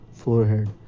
forehead